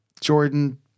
jordan